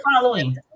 following